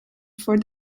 for